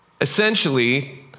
Essentially